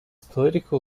political